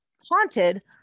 haunted